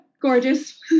gorgeous